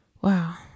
Wow